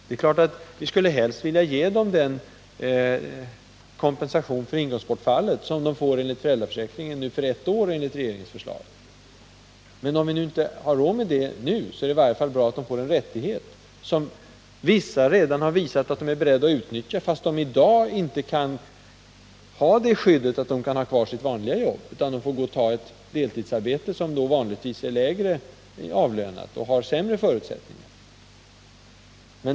Naturligtvis skulle vi helst vilja ge dem en sådan kompensation för inkomstbortfallet som de får enligt föräldraförsäkringen — enligt regeringens förslag skulle de få den för ett år — men om vi inte har råd med det nu, så är det väl bra att de får i varje fall denna rättighet till arbetstidsförkortning. Vissa föräldrar har ju redan visat att de är beredda att utnyttja en sådan rättighet. I dag har de inte ett sådant skydd att de får behålla sitt vanliga jobb. De är ofta hänvisade till deltidsarbete, som vanligtvis är lägre avlönat och innebär sämre förutsättningar.